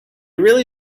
really